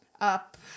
up